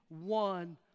one